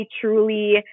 truly